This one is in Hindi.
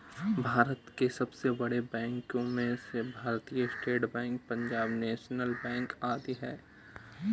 भारत के सबसे बड़े बैंको में से भारतीत state bank, Punjab national bank आदि है